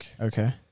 Okay